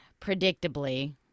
predictably